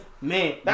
man